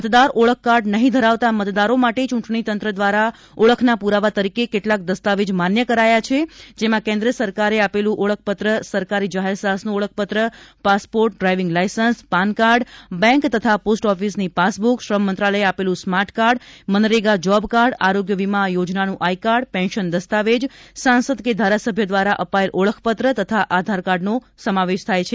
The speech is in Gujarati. મતદાર ઓળખકાર્ડ નહિં ધરાવતા મતદારો માટે ચૂંટણીતંત્ર દ્વારા ઓળખના પુરાવા તરીકે કેટલાક દસ્તાવેજ માન્ય કરાયા છે જેમાં કેન્દ્ર કે સરકારે આપેલું ઓળખપત્ર સરકારી જાહેર સાહસનું ઓળખપત્ર passport driving licence PAN card bank તથા પોસ્ટ ઓફિસની પાસબુક શ્રમ મંત્રાલયે આપેલું smart card MNREGA job card આરોગ્ય વિમા યોજનાનું આઇ કાર્ડ પેન્શન દસ્તાવેજ સાંસદ કે ધારાસભ્ય દ્વારા અપાયેલ ઓળખપત્ર તથા આધારકાર્ડનો સમાવેશ થાય છે